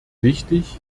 wichtig